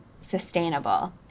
sustainable